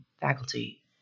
faculty